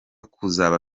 kuzaba